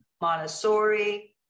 Montessori